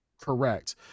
correct